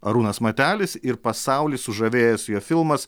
arūnas matelis ir pasaulį sužavėjęs jo filmas